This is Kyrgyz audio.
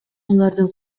алардын